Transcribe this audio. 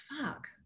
fuck